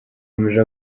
yakomeje